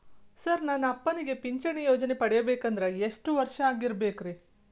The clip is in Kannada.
ಸರ್ ನನ್ನ ಅಪ್ಪನಿಗೆ ಪಿಂಚಿಣಿ ಯೋಜನೆ ಪಡೆಯಬೇಕಂದ್ರೆ ಎಷ್ಟು ವರ್ಷಾಗಿರಬೇಕ್ರಿ?